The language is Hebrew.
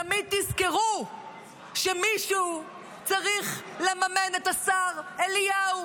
תמיד תזכרו שמישהו צריך לממן את השר אליהו